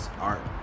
art